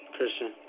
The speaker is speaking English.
Christian